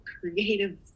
creative